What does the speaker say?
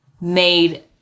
made